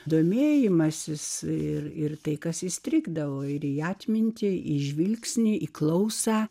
domėjimasis ir ir tai kas įstrigdavo ir į atmintį į žvilgsnį į klausą